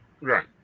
Right